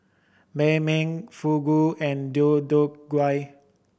Banh Mi Fugu and Deodeok Gui